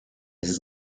his